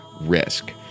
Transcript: RISK